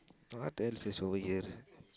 what else is over here